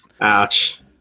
Ouch